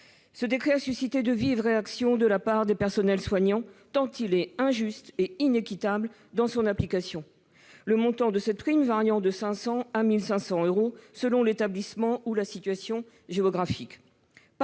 Il a suscité de vives réactions de la part des personnels soignants, tant il est injuste et inéquitable dans son application, le montant de cette prime variant de 500 à 1 500 euros selon l'établissement ou la situation géographique.